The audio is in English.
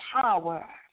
power